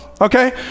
okay